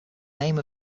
name